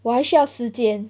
我还需要时间